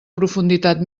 profunditat